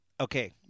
okay